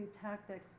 tactics